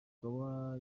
akaba